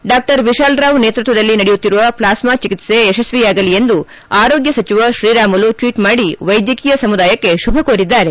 ಡಾ ವಿಶಾಲ್ ರಾವ್ ನೇತೃತ್ವದಲ್ಲಿ ನಡೆಯುತ್ತಿರುವ ಪ್ಲಾಸ್ನಾ ಚಿಕಿತ್ಸೆ ಯಶಸ್ವಿಯಾಗಲಿ ಎಂದು ಆರೋಗ್ಯ ಸಚಿವ ತ್ರೀರಾಮುಲು ಟ್ವೀಟ್ ಮಾಡಿ ವೈದ್ಯಕೀಯ ಸಮುದಾಯಕ್ಕೆ ಶುಭ ಕೋರಿದ್ದಾರೆ